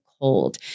cold